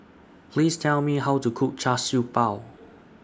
Please Tell Me How to Cook Char Siew Bao